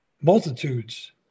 multitudes